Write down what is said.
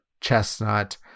chestnut